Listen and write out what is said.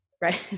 Right